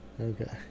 Okay